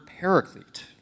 paraclete